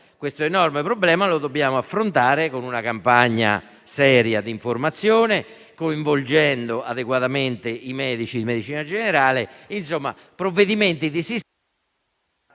Questo enorme problema lo dobbiamo affrontare con una campagna seria di informazione e coinvolgendo adeguatamente i medici di medicina generale; insomma, con provvedimenti di sistema